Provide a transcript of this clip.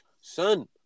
Son